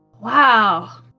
Wow